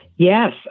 Yes